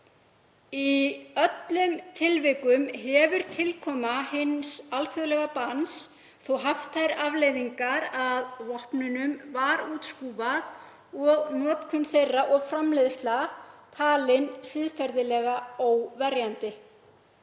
Í öllum tilvikum hefur tilkoma hins alþjóðlega banns þó haft þær afleiðingar að vopnunum var útskúfað og notkun þeirra og framleiðsla talin siðferðilega óverjandi.